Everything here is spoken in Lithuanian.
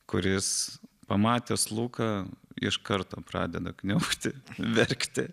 kuris pamatęs luką iš karto pradeda kniaukti verkti